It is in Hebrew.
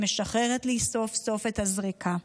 ומשחררת לי סוף-סוף את הזריקה.